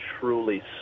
truly